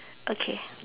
okay